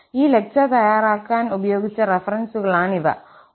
ഈ ലെക്ചർ തയ്യാറാക്കാൻ ഉപയോഗിച്ച റഫറൻസുകളാണിവ